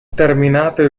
terminato